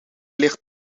ligt